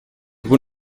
vous